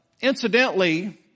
Incidentally